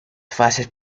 fases